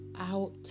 out